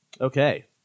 Okay